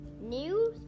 news